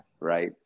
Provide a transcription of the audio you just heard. right